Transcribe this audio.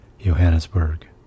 Johannesburg